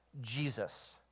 Jesus